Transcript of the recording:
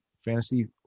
Fantasy